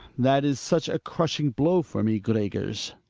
that. is such a crushing blow for me, gregers.